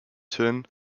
turn